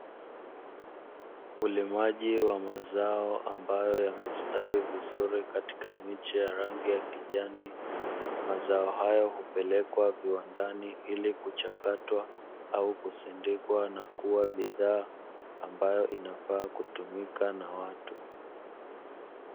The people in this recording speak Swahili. Ulimaji wa mazao ambayo yamestawi vizuri katika miche ya rangi ya kijani, mazao hayo hupelekwa viwandani ili kuchakatwa au kusindikwa na kuwa bidhaa ambayo inafaa kutumika na watu.